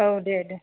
औ दे दे